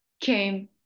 came